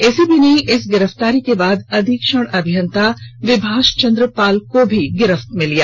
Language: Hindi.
एसीबी ने इस गिरफ्तारी के बाद अधीक्षण अभियंता विभाष चंद्र पाल को भी गिरफ्त में ले लिया